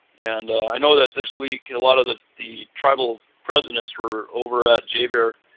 and i know that this week, a lot of the the tribal presidents were over at jber